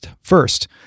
First